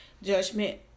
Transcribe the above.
judgment